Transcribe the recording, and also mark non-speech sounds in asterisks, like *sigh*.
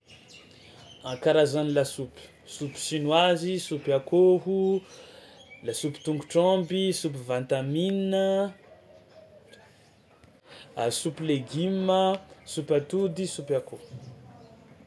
*noise* A karazany lasopy: sopy chinoise, sopy akôho, lasopy tôngotr'omby, sopy van-tan mine, a sopy legioma, sopy atody, sopy akôho.